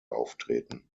auftreten